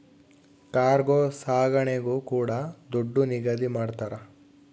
cargo ಸಾಗಣೆಗೂ ಕೂಡ ದುಡ್ಡು ನಿಗದಿ ಮಾಡ್ತರ